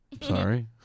Sorry